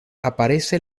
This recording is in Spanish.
aparece